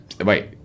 wait